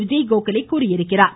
விஜய்கோகலே தெரிவித்திருக்கிறார்